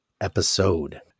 episode